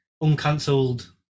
Uncancelled